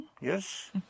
Yes